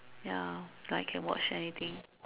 ya like I can watch anything